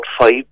five